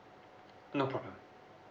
no problem